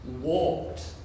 walked